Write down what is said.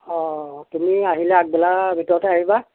অঁ তুমি আহিলে আগবেলাৰ ভিতৰতে আহিবা